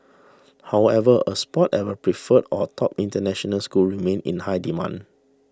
however a spot at a preferred or top international school remains in high demand